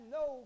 no